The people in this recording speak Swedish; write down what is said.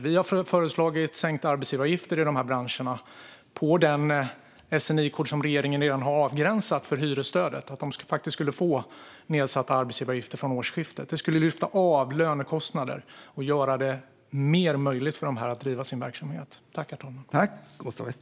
Vi har föreslagit sänkta arbetsgivaravgifter i dessa branscher på den SNI-kod som regeringen redan har avgränsat för hyresstödet så att de skulle få nedsatta arbetsgivaravgifter från årsskiftet. Det skulle lyfta av lönekostnader och göra det mer möjligt för dem att driva sin verksamhet.